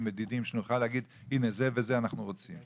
מדידים כדי שנוכל להגיד שאת זה וזה אנחנו רוצים.